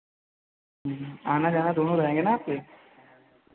आना जाना दोनों रहेंगे ना आपके